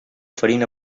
farina